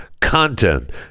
Content